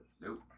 Nope